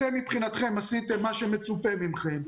אתם מבחינתכם עשיתם מה שמצופה מכם.